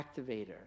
activator